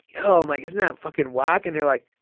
yo. i'm like, isn't that fucking wack? and they're like,